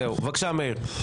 בבקשה, מאיר.